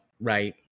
right